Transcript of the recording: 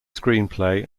screenplay